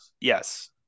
Yes